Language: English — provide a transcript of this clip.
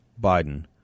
Biden